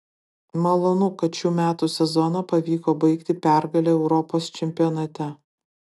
malonu kad šių metų sezoną pavyko baigti pergale europos čempionate